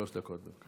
שלוש דקות, בבקשה.